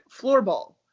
floorball